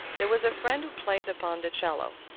there was a friend who played upon the cello.